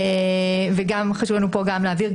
חשוב לנו פה להבהיר,